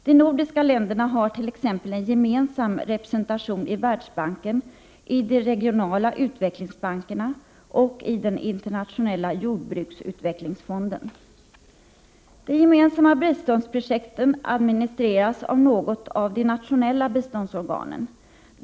De nordiska länderna har t.ex. en gemensam representation i Världsbanken, i de regionala utvecklingsbankerna och i den internationella jordbruksutvecklingsfonden. De gemensamma biståndsprojekten administreras av något av de nationella biståndsorganen.